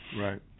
Right